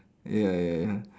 ya ya ya